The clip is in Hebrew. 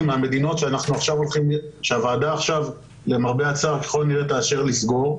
מהמדינות שהוועדה עכשיו למרבה הצער ככל הנראה תאשר לסגור,